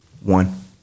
One